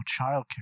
childcare